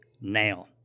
now